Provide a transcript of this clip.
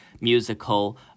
Musical